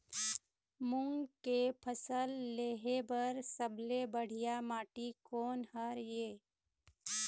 मूंग के फसल लेहे बर सबले बढ़िया माटी कोन हर ये?